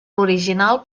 l’original